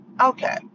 okay